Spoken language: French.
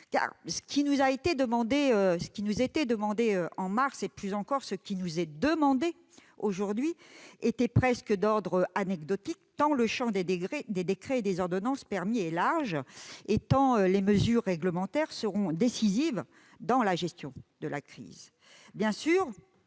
Ce qui nous était demandé au mois de mars et, plus encore, ce qui nous est demandé aujourd'hui est presque d'ordre anecdotique, tant le champ des décrets et des ordonnances ouvert au Gouvernement est large et tant les mesures réglementaires seront décisives dans la gestion de la crise.